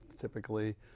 typically